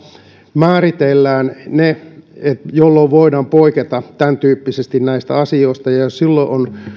määritellään milloin voidaan poiketa tämäntyyppisesti näistä asioista jos silloin on